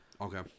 Okay